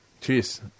Cheers